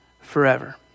forever